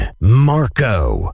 Marco